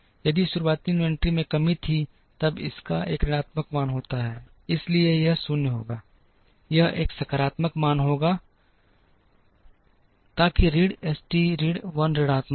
यदि शुरुआती इन्वेंट्री में कमी थी तब इसका एक ऋणात्मक मान होता है इसलिए यह 0 होगा यह एक सकारात्मक मान होगा ताकि ऋण S t ऋण 1 ऋणात्मक हो